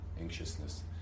anxiousness